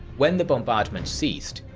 when the bombardment ceased,